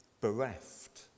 bereft